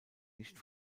nicht